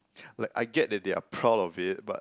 like I get that they are proud of it but